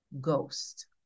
ghost